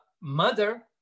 mother